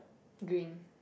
green